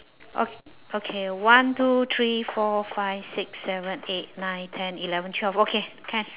okay one two three four five six seven eight nine ten eleven twelve okay can